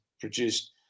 produced